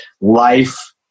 life